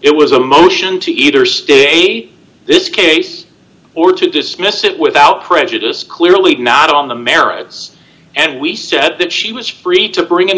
it was a motion to eaters eight this case or to dismiss it without prejudice clearly not on the merits and we said that she was free to bring an